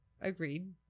Agreed